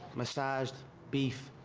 massaged beef,